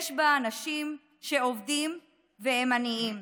יש אנשים שעובדים והם עניים.